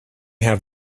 have